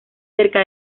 cerca